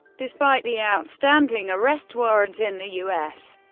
despite the outstanding arrest-warrant in the u s.